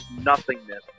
nothingness